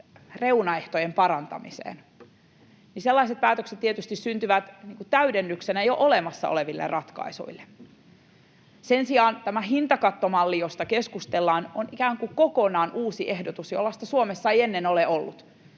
keskustelua varten, niin sellaiset päätökset tietysti syntyvät täydennyksenä jo olemassa oleville ratkaisuille. Sen sijaan tämä hintakattomalli, josta keskustellaan, on ikään kuin kokonaan uusi ehdotus, jollaista Suomessa ei ennen ole ollut.